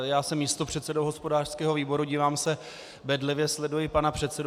Já jsem místopředsedou hospodářského výboru, dívám se bedlivě, sleduji pana předsedu.